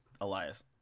Elias